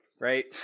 right